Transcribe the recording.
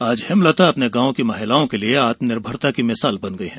आज हेमलता अपने गाँव की महिलाओं के लिए आत्मनिर्भरता की मिसाल बन गई हैं